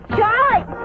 Charlie